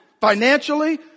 financially